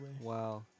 Wow